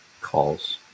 calls